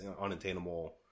unattainable